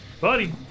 Buddy